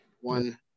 One